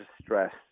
stress